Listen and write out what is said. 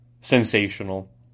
sensational